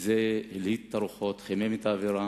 וזה הלהיט את הרוחות, חימם את האווירה